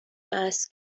است